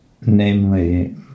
namely